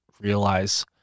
realize